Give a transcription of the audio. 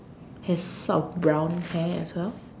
has sort of brown hair as well